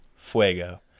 Fuego